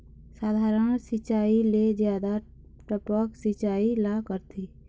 साधारण सिचायी ले जादा टपक सिचायी ला करथे